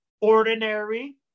ordinary